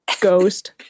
ghost